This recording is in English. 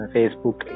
Facebook